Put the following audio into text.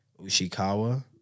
Ushikawa